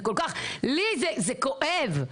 לי זה כואב.